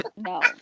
No